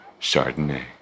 Chardonnay